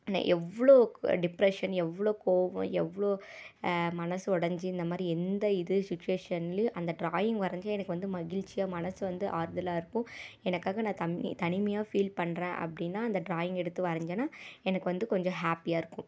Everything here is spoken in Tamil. எவ்வளோ டிப்ரெஷன் எவ்வளோ கோவம் எவ்வளோ மனசு உடஞ்சி இந்த மாதிரி எந்த இது சுச்சிவேஷன்லேயும் அந்த ட்ராயிங் வரைஞ்சி எனக்கு வந்து மகிழ்ச்சியாக மனசு வந்து ஆறுதலாக இருக்கும் எனக்காக நான் தம் தனிமையாக ஃபீல் பண்ணுறேன் அப்படின்னா அந்த ட்ராயிங் எடுத்து வரைஞ்சேன்னா எனக்கு வந்து கொஞ்சம் ஹேப்பியாக இருக்கும்